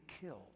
killed